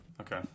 Okay